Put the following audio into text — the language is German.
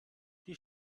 die